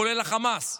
כולל החמאס.